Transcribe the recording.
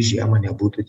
žiemą nebūtų